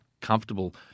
comfortable